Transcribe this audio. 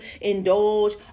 indulge